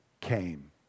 came